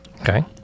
Okay